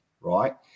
right